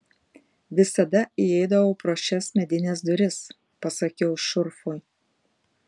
visada įeidavau pro šias medines duris pasakiau šurfui